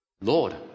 Lord